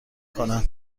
کنم